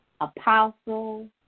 Apostle